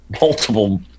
multiple